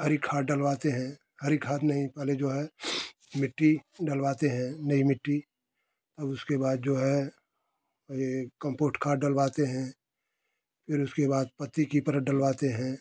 हरी खाद डलवाते हैं हरी खाद नहीं पहले जो है मिट्टी डलवाते हैं नई मिट्टी अब उसके बाद जो है वह कम्पोट खाद डलवाते हैं फिर उसके बाद पत्ती की परत डलवाते हैं